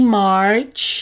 march